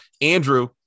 Andrew